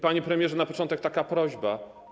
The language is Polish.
Panie premierze, na początek taka prośba.